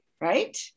Right